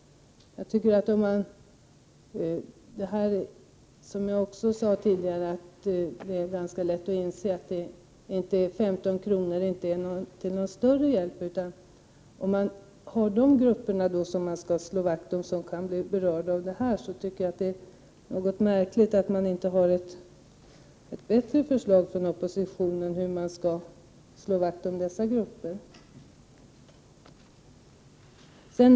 Som jag sade tidigare tycker jag inte att 15 kr. är till någon större hjälp. Om man vill slå vakt om de grupper som kan bli berörda av denna ersättning, tycker jag att det är märkligt att man inte från oppositionen lägger fram ett bättre förslag.